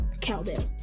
Cowbell